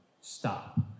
stop